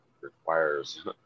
requires